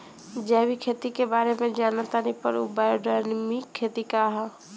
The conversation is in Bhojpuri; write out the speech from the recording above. जैविक खेती के बारे जान तानी पर उ बायोडायनमिक खेती का ह?